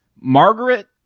Margaret